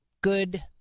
good